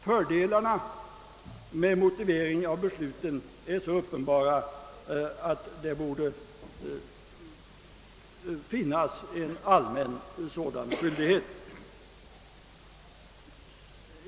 Fördelarna med motivering av besluten är så uppenbara att allmän sådan skyldighet borde föreligga.